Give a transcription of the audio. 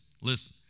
listen